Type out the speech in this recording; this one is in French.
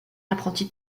apprenti